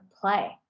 play